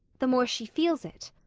the more she feels it.